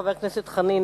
חבר הכנסת חנין,